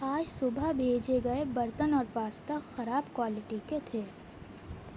آج صبح بھیجے گئے برتن اور پاستا خراب کوالٹی کے تھے